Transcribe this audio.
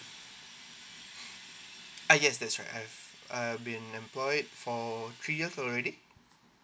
ah yes that's right I've I have been employed for three years already